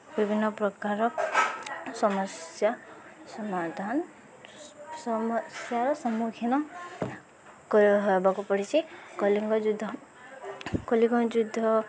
ବିଭିନ୍ନପ୍ରକାର ସମସ୍ୟା ସମାଧାନ ସମସ୍ୟାର ସମ୍ମୁଖୀନ କରି ହେବାକୁ ପଡ଼ିଛି କଳିଙ୍ଗ ଯୁଦ୍ଧ କଳିଙ୍ଗ ଯୁଦ୍ଧ